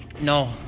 No